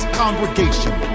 congregation